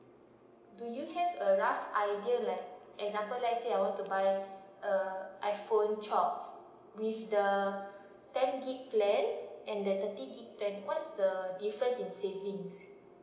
do you have a rough idea like example let's say I want to buy a iPhone twelve with the ten gig plan and the thirty gig plan what's the difference in savings